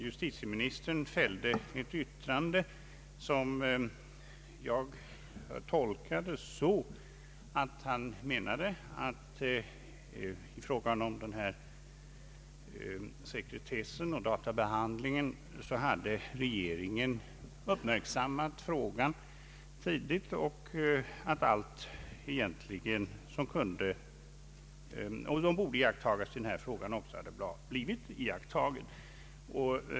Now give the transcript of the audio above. Justitieministern fällde ett yttrande som jag tolkade så, att han ansåg att regeringen tidigt hade uppmärksammat frågan om sekretess och databehandling och iakttagit vad som borde iakttagas.